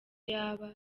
yaba